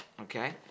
Okay